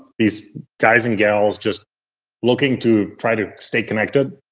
these guys and girls just looking to try to stay connected,